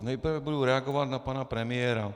Nejprve budu reagovat na pana premiéra.